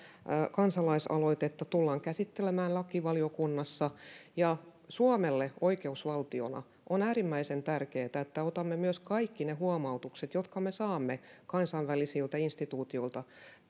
kansalaisaloitetta tullaan käsittelemään lakivaliokunnassa suomelle oikeusvaltiona on äärimmäisen tärkeätä että otamme vakavasti myös kaikki ne huomautukset jotka me saamme kansainvälisiltä instituutioilta